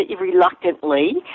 reluctantly